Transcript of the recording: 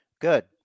Good